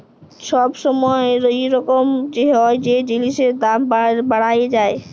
ছব ছময় ইরকম হ্যয় যে জিলিসের দাম বাড়্হে যায়